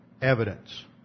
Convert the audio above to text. evidence